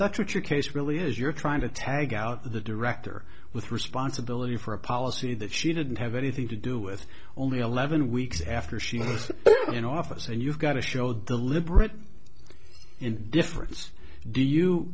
that's what your case really is you're trying to tag out the director with responsibility for a policy that she didn't have anything to do with only eleven weeks after she was in office and you've got to show deliberate in difference do you